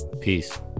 Peace